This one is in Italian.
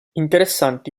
interessanti